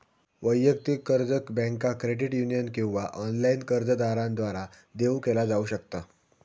वैयक्तिक कर्ज बँका, क्रेडिट युनियन किंवा ऑनलाइन कर्जदारांद्वारा देऊ केला जाऊ शकता